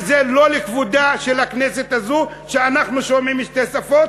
וזה לא לכבודה של הכנסת הזאת שאנחנו שומעים שתי שפות